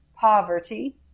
poverty